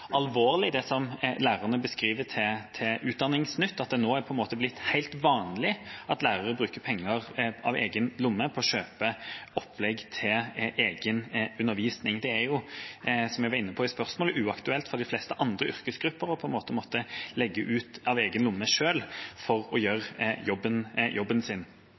alvorlig, det som lærerne beskriver til Utdanningsnytt, at det nå er blitt helt vanlig at lærere bruker penger fra egen lomme til å kjøpe opplegg til egen undervisning. Det er jo, som jeg var inne på i spørsmålet, uaktuelt for de fleste andre yrkesgrupper å måtte legge ut selv, fra egen lomme, for å gjøre jobben sin.